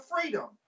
freedom